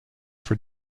for